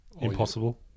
Impossible